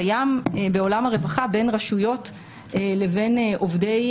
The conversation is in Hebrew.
הוא קיים בעולם הרווחה בין רשויות לבין עובדי